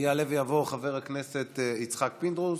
יעלה ויבוא חבר הכנסת יצחק פינדרוס,